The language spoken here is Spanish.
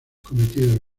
cometido